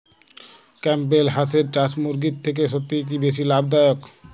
Campbell হাঁসের চাষ মুরগির থেকে সত্যিই কি বেশি লাভ দায়ক?